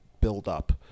buildup